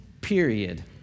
period